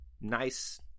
nice